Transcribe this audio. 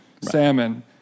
salmon